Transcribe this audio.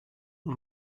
nun